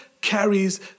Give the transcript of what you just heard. carries